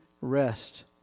rest